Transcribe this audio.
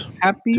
Happy